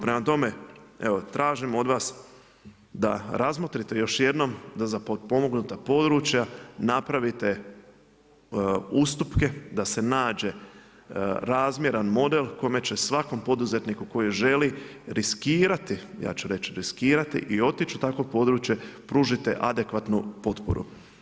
Prema tome, tražim od vas da razmotrite još jednom da za potpomognuta područja napravite ustupke, da se nađe razmjeran model kome će svakom poduzetniku koji želi riskirati, ja ću reći riskirati i otići u takvo područje pružite adekvatnu potporu.